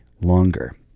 longer